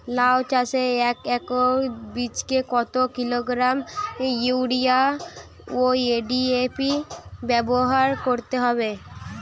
লাউ চাষে এক একর জমিতে কত কিলোগ্রাম ইউরিয়া ও ডি.এ.পি ব্যবহার করতে হবে?